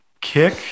Kick